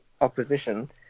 opposition